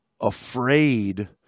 afraid